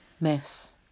miss